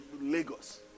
Lagos